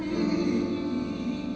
the